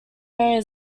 mary